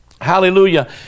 Hallelujah